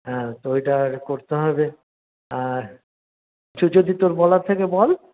হ্যাঁ তো ওইটার করতে হবে হ্যাঁ কিছু যদি তোর বলার থাকে বল